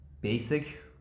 basic